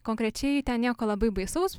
konkrečiai ten nieko labai baisaus